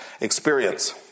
experience